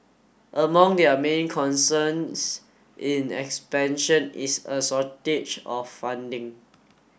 among their main concerns in expansion is a shortage of funding